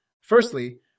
Firstly